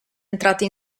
entrate